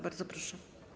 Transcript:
Bardzo proszę.